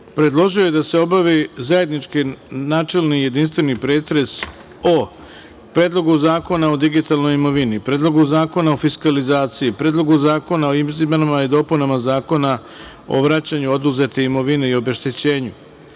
predložio je da se obavi zajednički načelni i jedinstveni pretres o Predlogu zakona o digitalnoj imovini, Predlogu zakona o fiskalizaciji, Predlogu zakona o izmenama i dopunama Zakona o vraćanju oduzete imovine i obeštećenju,